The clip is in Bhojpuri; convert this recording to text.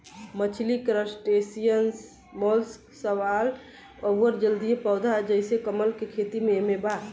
मछली क्रस्टेशियंस मोलस्क शैवाल अउर जलीय पौधा जइसे कमल के खेती एमे बा